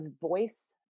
voice